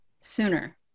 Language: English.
sooner